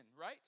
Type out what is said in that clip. right